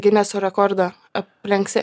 gineso rekordą aplenksi